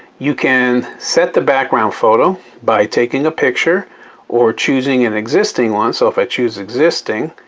you can set the background photo by taking a picture or choosing an existing one. so if i choose existing,